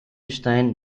stein